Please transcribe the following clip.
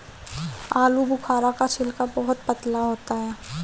आलूबुखारा का छिलका बहुत पतला होता है